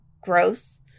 gross